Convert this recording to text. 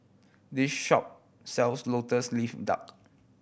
this shop sells Lotus Leaf Duck